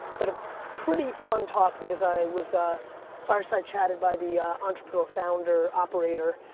but a pretty fun talk, because i was ah fireside chatted by the entrepreneur founder, operator,